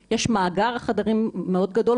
יש מאגר חדרים מאוד גדול,